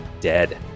dead